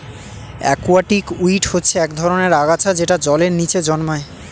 aquatic weed হচ্ছে এক ধরনের আগাছা যেটা জলের নিচে জন্মায়